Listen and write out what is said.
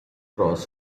cross